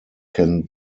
can